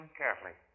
carefully